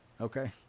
Okay